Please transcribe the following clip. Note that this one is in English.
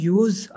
use